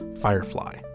Firefly